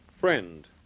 Friend